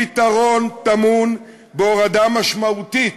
הפתרון טמון בהורדה משמעותית